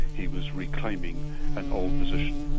he was reclaiming an old position.